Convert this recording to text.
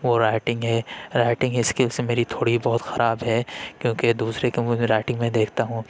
وہ رائٹنگ ہے writing skills میری تھوڑی بہت خراب ہے کیونکہ دوسرے میں رائٹنگ میں دیکھتا ہوں